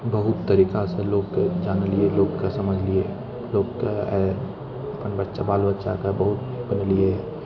बहुत तरिकासँ लोकके जानलियै लोकके समझलियै लोकके बच्चा बाल बच्चाके बहुत पढ़ेलियै